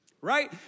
right